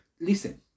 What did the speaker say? Listen